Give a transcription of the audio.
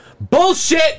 bullshit